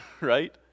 Right